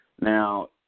Now